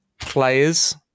players